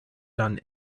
done